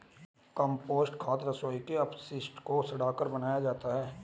compost खाद रसोई के अपशिष्ट को सड़ाकर बनाया जाता है